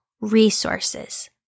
resources